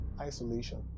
isolation